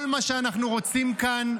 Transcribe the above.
כל מה שאנחנו רוצים כאן,